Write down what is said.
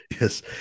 Yes